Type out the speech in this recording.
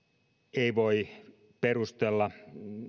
ei voi perustella